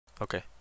Okay